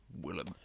Willem